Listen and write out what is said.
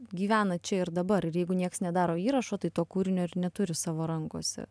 gyvena čia ir dabar ir jeigu nieks nedaro įrašo tai to kūrinio ir neturi savo rankose